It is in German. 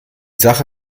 sache